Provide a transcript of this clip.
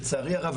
לצערי הרב,